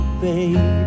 baby